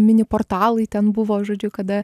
mini portalai ten buvo žodžiu kada